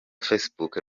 facebook